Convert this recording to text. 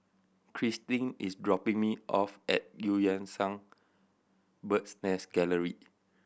Christin is dropping me off at Eu Yan Sang Bird's Nest Gallery